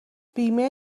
بیمه